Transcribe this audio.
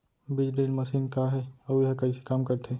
बीज drill machine का हे अऊ एहा कइसे काम करथे?